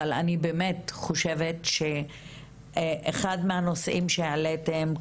אבל אני באמת חושבת שאחד מהנושאים שהעליתן,